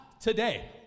today